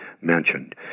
mentioned